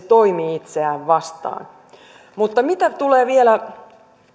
toimii itseään vastaan mitä tulee vielä